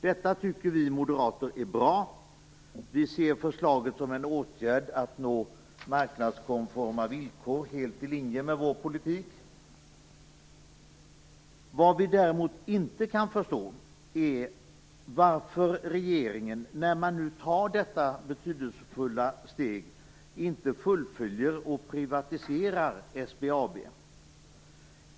Detta tycker vi moderater är bra. Vi ser förslaget som en åtgärd för att nå marknadskonforma villkor helt i linje med vår politik. Vad vi däremot inte kan förstå är varför regeringen, när man nu tar detta betydelsefulla steg, inte fullföljer med att privatisera SBAB.